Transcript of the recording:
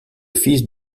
fils